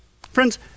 Friends